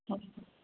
ꯍꯣꯏ